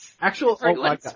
Actual